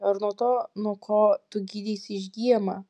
ar nuo to nuo ko tu gydeisi išgyjama